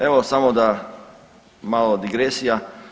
Evo samo da mala digresija.